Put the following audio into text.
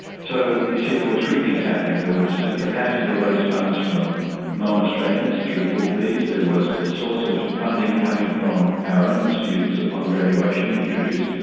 so you see there were three things happening. there was a capacity to raise funds from non-australians, through full fees. there was a source of funding coming from our own students upon graduation introduced.